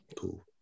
Cool